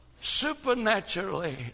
supernaturally